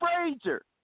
Frazier